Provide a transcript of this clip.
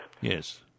Yes